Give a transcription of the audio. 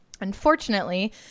Unfortunately